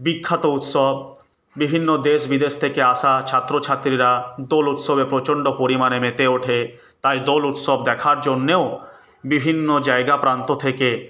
বিখ্যাত উৎসব বিভিন্ন দেশবিদেশ থেকে আসা ছাত্রছাত্রীরা দোল উৎসবে প্রচণ্ড পরিমাণে মেতে ওঠে তাই দোল উৎসব দেখার জন্যেও বিভিন্ন জায়গা প্রান্ত থেকে